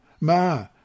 Ma